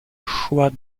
choix